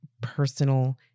personal